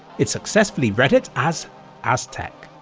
it successfully read it as aztec.